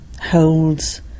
holds